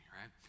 right